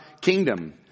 kingdom